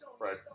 right